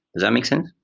that make sense?